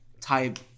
type